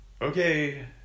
Okay